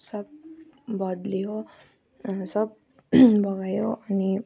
सब बद्लियो अन्त सब बगायो अनि